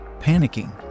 Panicking